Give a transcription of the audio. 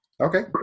Okay